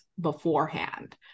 beforehand